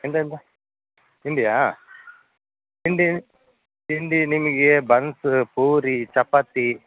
ಎಂತ ಎಂತ ತಿಂಡಿಯಾ ತಿಂಡಿ ತಿಂಡಿ ನಿಮಗೆ ಬನ್ಸ್ ಪೂರಿ ಚಪಾತಿ